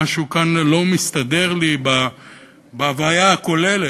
משהו כאן לא מסתדר לי בהוויה הכוללת,